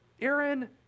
Aaron